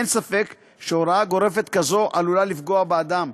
אין ספק שהוראה גורפת כזאת עלולה לפגוע באדם,